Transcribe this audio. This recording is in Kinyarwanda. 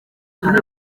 hari